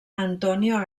antonio